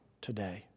today